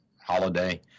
holiday